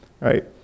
right